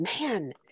man